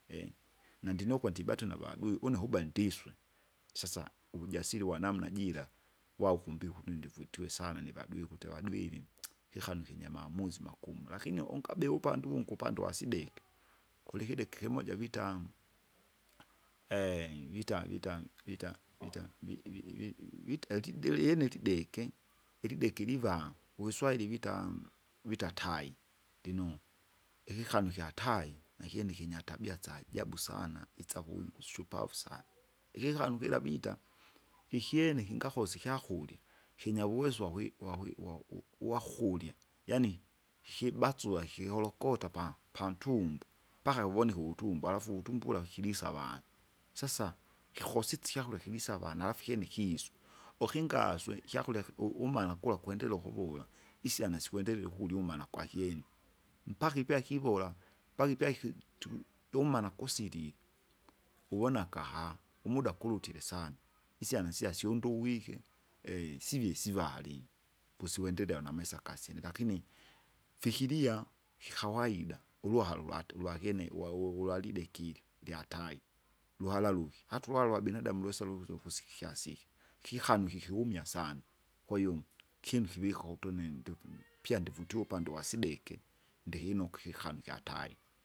nandinukwa ndibata unavadui, une ukuba ukuba ndiswe, sasa uvujasire wanamna jira, waukumbika umundi vitie sana nivadui ukuti avadu ili kikanu ikinyamamuzi mugumu. Lakini ungabe upande uwungi upande wasideki, kulikideki kimoja vitanu, vita vita vita vita vi- vi- vi- vita etidiliene lideke ilideke liva, uviswaili vita, vita tai, linuku. Ikikanu ikyatai nakyene kinyatabia syajabu sana itsakuwi kushupavu sana, ikikanu kila bita, kikyene ikingakosa ikyakurya, kinyauweso wakwi- wakwi- wau- uwau- uwakulya, yaani kikibasua kihorokota pa- pantumbo, mpaka uvoneke uvutumbo, alafu uvutumbo wula wukilisa avana. Sasa kikukosisye ikyakurya ikivisa avana, alafu ikyene ikiisu, ukingaswe ikyakurya ki- u- umana kula kwendelela ukuvula, isyana sikuendelela ukulyumana kwakyene. Mpaka ivea ikavora, mpaka ipyaki tuku- iumana kusilile, wiwona akaha, umuda akulutire sana, isyanasire syonduwike sivie sivari, posiwendelea namisa akasyene lakini, fikiria kikawaida, iluhara ulwate- ulwakyene uwa- uwa- uwalwa lidekire lyatai, luhara luki, hata ulwalwa ulwabinadamu lwesa lusi- lukusikaikiasi iki. Kikanu ikikiumia sana, kwahiyo ikyinu kivika utumi- ndivi pya ndivitua upande wasideke, ndikinuki ikikanu ikyatari.